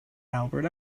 albert